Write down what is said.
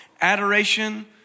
adoration